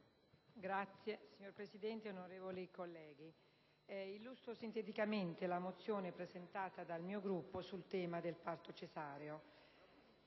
*(IdV)*. Signor Presidente, onorevoli colleghi, illustro sinteticamente la mozione presentata dal mio Gruppo sul tema del parto cesareo.